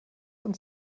uns